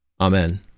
Amen